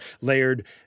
layered